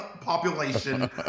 population